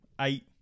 eight